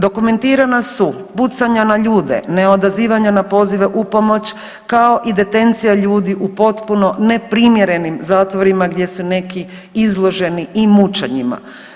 Dokumentirana su pucanja na ljude, neodazivanja na pozive u pomoć, kao i detencija ljudi u potpuno neprimjerenim zatvorima gdje su neki izloženi i mučenjima.